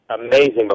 amazing